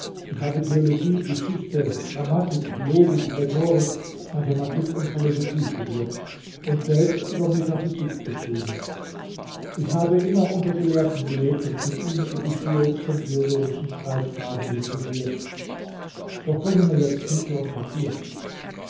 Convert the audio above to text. ich habe theologie geschichte grammatik logik rhetorik mathematik und philosophie studiert und selbst über metaphysik geschrieben ich habe immer unter gelehrten gelebt und mit ihnen über die schwierigsten theologischen streitfragen disputiert doch bringe mir jetzt tinte und papier